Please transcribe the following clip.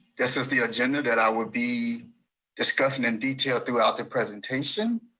this is the agenda that i would be discussing in detail throughout the presentation.